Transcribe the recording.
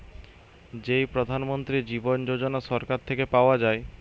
যেই প্রধান মন্ত্রী জীবন যোজনা সরকার থেকে পাওয়া যায়